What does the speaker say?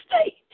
stay